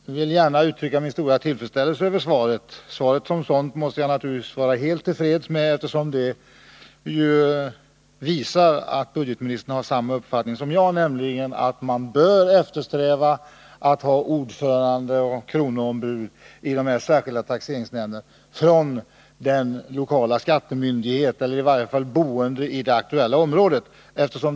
Herr talman! Jag vill gärna uttrycka min stora tillfredsställelse över svaret. Svaret som sådant måste jag naturligtvis vara helt till freds med, eftersom det visar att budgetministern har samma uppfattning som jag, nämligen att man bör eftersträva att i de särskilda taxeringsnämnderna ha ordförande och kronoombud som kommer från den lokala skattemyndigheten eller i varje fall är boende i det aktuella området.